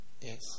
Yes